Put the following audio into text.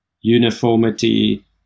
uniformity